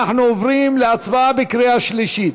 אנחנו עוברים להצבעה בקריאה שלישית.